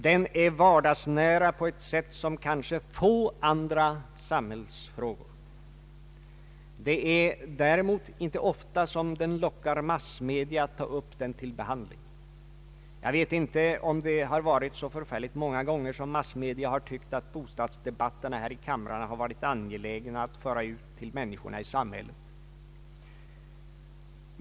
Den är vardagsnära på ett sätt som kanske få andra samhällsfrågor. Det är däremot inte ofta som den lockar massmedia att ta upp den till behandling. Jag vet inte om det är så förfärligt många gånger massmedia har tyckt att bostadsdebatterna här i kamrarna har varit så angelägna att de bort föras ut till människorna i samhället.